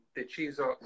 deciso